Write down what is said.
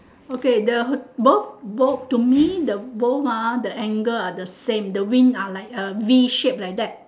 okay the both both to me the both ah the angle are the same the wing uh like the V shape like that